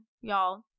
y'all